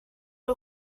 nhw